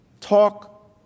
talk